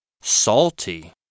salty